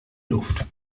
luft